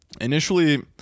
initially